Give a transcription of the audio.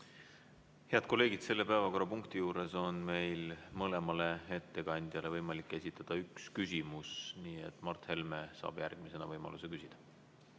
Head kolleegid, selle päevakorrapunkti juures on meil mõlemale ettekandjale võimalik esitada üks küsimus, nii et Mart Helme saab järgmisena võimaluse küsida.